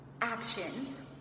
actions